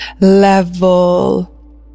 level